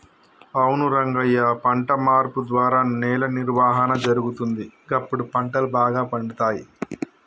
అవును రంగయ్య పంట మార్పు ద్వారా నేల నిర్వహణ జరుగుతుంది, గప్పుడు పంటలు బాగా పండుతాయి